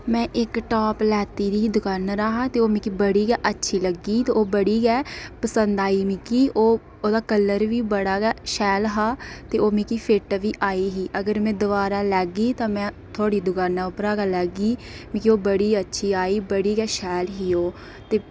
मैं इक टाप लैती दी ही दकाना'र हा ते ओह् मिकी बड़ी गै अच्छी लग्गी ओह् बड़ी गै पसंद आई मिगी ओह् ओह्दा कल्लर बी बड़ा गै शैल हा ते ओह् मिगी फिट बी आई ही अगर में दोबारा लैग्गी तां में थुआढ़ी दकाना उप्परा गै लैग्गी मिगी ओह् बड़ी अच्छी आई बड़ी गै शैल ही ओह् ते